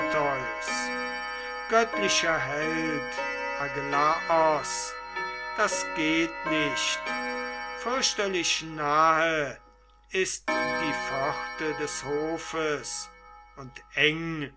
göttlicher held agelaos das geht nicht fürchterlich nahe ist die pforte des hofes und eng